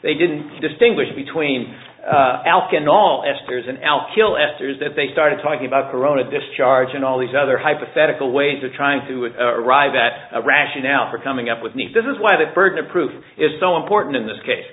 they didn't distinguish between alcohol and spears and al kill esther's that they started talking about corona discharge and all these other hypothetical ways of trying to arrive at a rationale for coming up with this is why the burden of proof is so important in this case